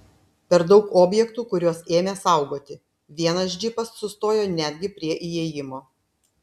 per daug objektų kuriuos ėmė saugoti vienas džipas sustojo netgi prie įėjimo